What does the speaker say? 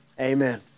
amen